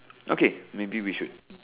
okay maybe we should